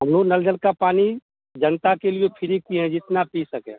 हम जो नल जल का पानी जनता के लिए फ्री किएँ हैं जितना पी सके